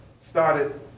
started